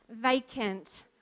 vacant